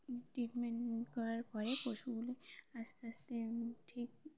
treatment করার পরে পশুগুলি আস্তে আস্তে ঠিক